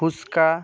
fuchka